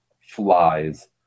flies